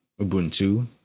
Ubuntu